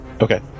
Okay